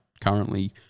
currently